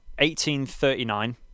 1839